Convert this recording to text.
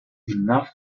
enough